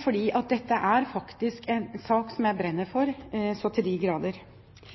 for dette er virkelig en sak som jeg brenner